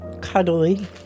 cuddly